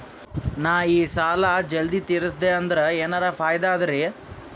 ನಾ ಈ ಸಾಲಾ ಜಲ್ದಿ ತಿರಸ್ದೆ ಅಂದ್ರ ಎನರ ಫಾಯಿದಾ ಅದರಿ?